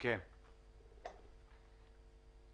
אוקיי, נמשיך הלאה.